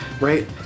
right